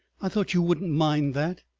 i thought you wouldn't mind that.